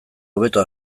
hobeto